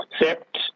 accept